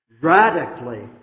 radically